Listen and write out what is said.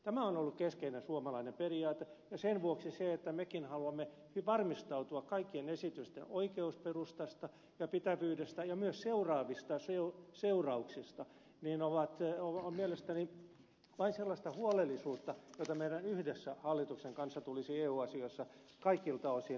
tämä on ollut keskeinen suomalainen periaate ja sen vuoksi se että mekin haluamme varmistautua kaikkien esitysten oikeusperustasta ja pitävyydestä ja myös seuraavista seurauksista on mielestäni vain sellaista huolellisuutta jota meidän yhdessä hallituksen kanssa tulisi eu asioissa kaikilta osin noudattaa